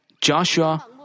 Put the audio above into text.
Joshua